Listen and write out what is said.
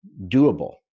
doable